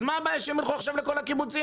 אז מה הבעיה שהם יילכו עכשיו לכל הקיבוצים